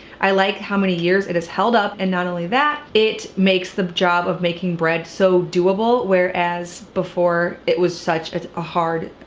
i like how many years it has held up and not only that, it makes the job of making bread so doable, whereas before it was such a ah hard,